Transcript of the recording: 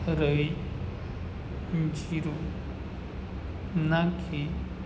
રાઈ જીરું નાંખી